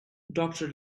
doctor